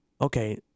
okay